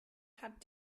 hat